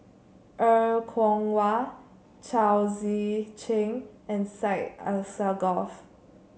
Er Kwong Wah Chao Tzee Cheng and Syed Alsagoff